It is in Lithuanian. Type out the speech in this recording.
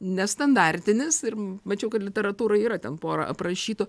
nestandartinis ir mačiau kad literatūra yra ten pora aprašytų